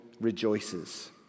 rejoices